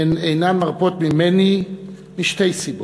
הן אינן מרפות משתי סיבות.